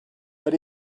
but